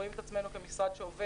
רואים את עצמנו כמשרד שעובד.